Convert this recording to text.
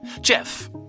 Jeff